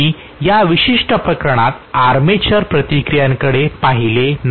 मी या विशिष्ट प्रकरणात आर्मेचर प्रतिक्रियाकडे पाहिले नाही